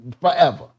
forever